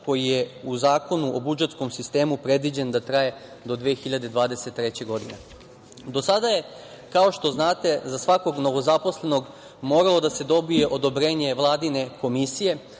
koji je u Zakonu o budžetskom sistemu predviđen da traje do 2023. godine. Do sada je, kao što znate, za svakog novozaposlenog moralo da se dobije odobrenje vladine komisije,